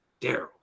Daryl